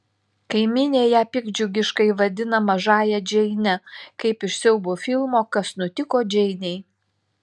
kaimynė ją piktdžiugiškai vadina mažąja džeine kaip iš siaubo filmo kas nutiko džeinei